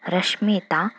Rashmita